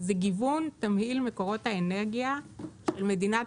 זה גיוון תמהיל מקורות האנרגיה של מדינת